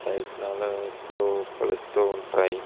ప్రయత్నాలు ఎప్పుడు ఫలిస్తు ఉంటాయి